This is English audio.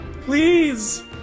Please